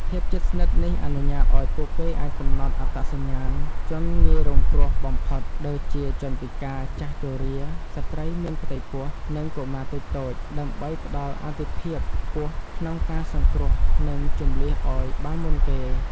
ភាពជិតស្និទ្ធនេះអនុញ្ញាតឱ្យពួកគេអាចកំណត់អត្តសញ្ញាណជនងាយរងគ្រោះបំផុត ដូចជាជនពិការ ចាស់ជរា ស្ត្រីមានផ្ទៃពោះ និងកុមារតូចៗ ដើម្បីផ្ដល់អាទិភាពខ្ពស់ក្នុងការសង្គ្រោះ និងជម្លៀសឱ្យបានមុនគេ។